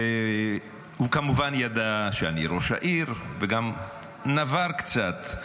והוא כמובן ידע שאני ראש העיר וגם נבר קצת,